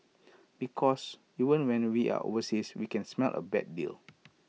because even when we are overseas we can smell A bad deal